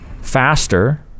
faster